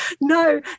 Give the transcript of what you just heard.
no